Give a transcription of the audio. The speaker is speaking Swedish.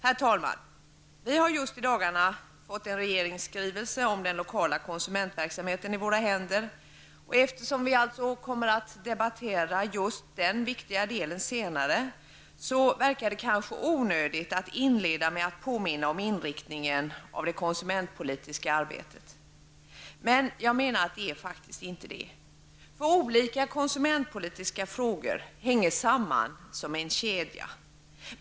Herr talman! Vi har just i dagarna fått i våra händer en regeringsskrivelse om den lokala konsumentverksamheten, och eftersom vi alltså kommer att debattera just denna viktiga del senare verkar det kanske onödigt att inleda med att påminna om inriktningen av det konsumentpolitiska arbetet, men enligt min mening är det faktiskt inte så. Olika konsumentpolitiska frågor hänger samman som en kedja.